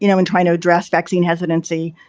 you know, and trying to address vaccine hesitancy.